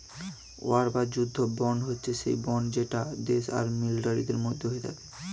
war বা যুদ্ধ bond হচ্ছে সেই বন্ড যেটা দেশ আর মিলিটারির মধ্যে হয়ে থাকে